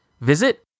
Visit